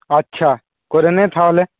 আচ্ছা করে নে তাহলে